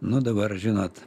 nu dabar žinot